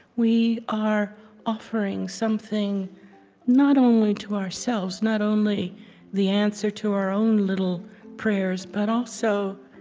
we are offering something not only to ourselves, not only the answer to our own little prayers, but also,